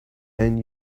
and